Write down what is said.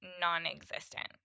non-existent